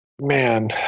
Man